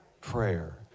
Prayer